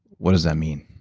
what does that mean?